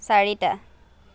চাৰিটা